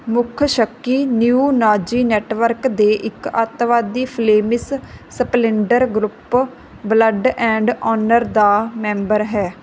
ਮੁੱਖ ਸ਼ੱਕੀ neo Nazi network ਦੇ ਇੱਕ ਅੱਤਵਾਦੀ Flemish Splendour group Blood and Honour ਦਾ ਮੈਂਬਰ ਹੈ